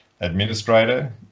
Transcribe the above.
administrator